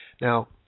Now